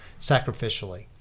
sacrificially